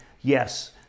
yes